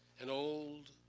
and old,